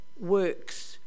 works